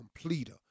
completer